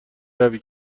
روی